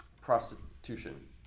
prostitution